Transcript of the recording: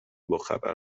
باخبر